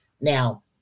now